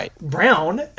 brown